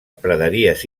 praderies